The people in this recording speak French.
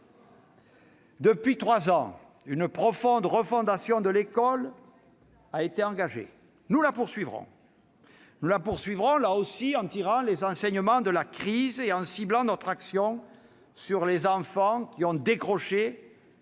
Depuis trois ans, une profonde refondation de l'école a été engagée ; nous la poursuivrons, en tirant, là aussi, les enseignements de la crise et en concentrant notre action sur les enfants qui ont décroché